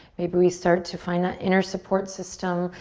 maybe we start to find the inner support system,